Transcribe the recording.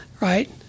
right